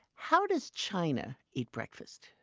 how does china eat breakfast?